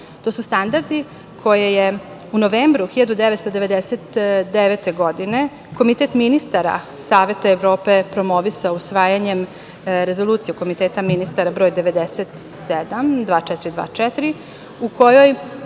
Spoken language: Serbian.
To su standardi koje je u novembru 1999. godine Komitet ministara Saveta Evrope promovisao usvajanjem Rezolucije Komiteta ministara broj 97, 2424, u kojoj